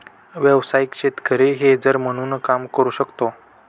व्यावसायिक शेतकरी हेजर म्हणून काम करू शकतो